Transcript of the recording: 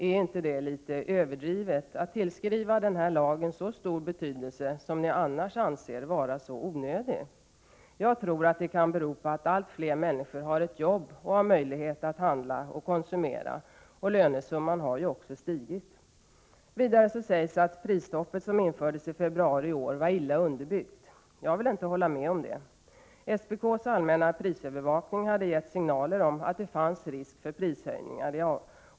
Är det inte litet överdrivet att tillskriva den här lagen så stor betydelse, när ni annars anser den vara så onödig? Jag tror att det kan bero på att allt fler människor har ett jobb och har möjlighet att handla och konsumera. Lönesumman har också stigit. Vidare sägs att prisstoppet, som infördes i februari i år, var illa underbyggt. Jag vill inte hålla med om det. SPK:s allmänna prisövervakning hade gett signaler om att det fanns risk för prishöjningar.